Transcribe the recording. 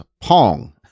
Pong